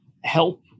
help